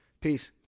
Peace